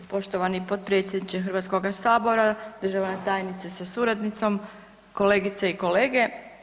Poštovani potpredsjedniče Hrvatskoga sabora, državna tajnice sa suradnicom, kolegice i kolege.